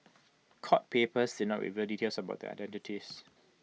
court papers not reveal details about their identities